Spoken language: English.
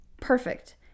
perfect